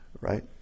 right